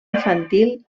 infantil